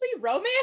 romance